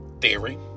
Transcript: theory